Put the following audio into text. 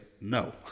no